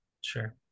Sure